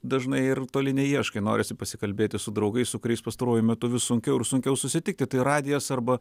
dažnai ir toli neieškai norisi pasikalbėti su draugais su kuriais pastaruoju metu vis sunkiau ir sunkiau susitikti tai radijas arba